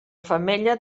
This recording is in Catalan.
femella